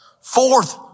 Fourth